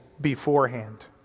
beforehand